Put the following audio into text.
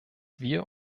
wir